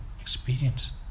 experience